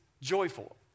joyful